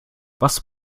was